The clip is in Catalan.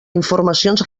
informacions